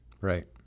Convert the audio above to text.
Right